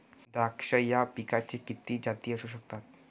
द्राक्ष या पिकाच्या किती जाती असू शकतात?